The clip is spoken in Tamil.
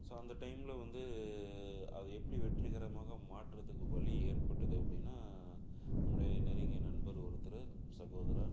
ஸோ அந்த டைமில் வந்து அது எப்படி வெற்றிகரமாக மாற்றத்துக்கு வலி ஏற்பட்டுது அப்படின்னா நம்முடைய நெருங்கியர் நண்பர் ஒருத்தர் சகோதரர்